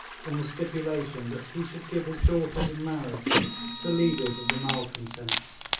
on the stipulation that he should give his daughters in marriage to leaders of the malcontents.